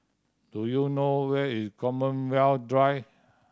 do you know where is Common Where Drive